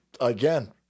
again